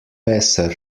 besser